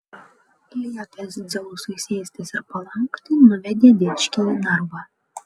liepęs dzeusui sėstis ir palaukti nuvedė dičkį į narvą